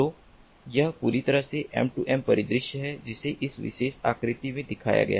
तो यह पूरी तरह से M2M परिदृश्य है जिसे इस विशेष आकृति में दिखाया गया है